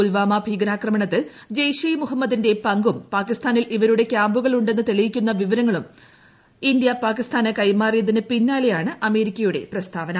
പുൽവാമ ഭീകരാക്രമണത്തിൽ ജെയ്ഷെ ഇ മുഹമ്മദിന്റെ പങ്കും പാകിസ്ഥാനിൽ ഇവരുടെ കൃാമ്പുകൾ ഉണ്ടെന്ന് തെളിയിക്കുന്ന വിവരങ്ങൾ ഇന്ത്യ പാകിസ്ഥാന് ക്കെമാറിയതിന് പിന്നാലെയാണ് അമേരിക്കയുടെ പ്രസ്താവന